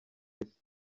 isi